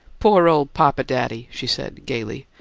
poor old papa-daddy! she said, gaily.